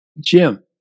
Jim